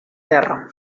terra